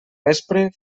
vespre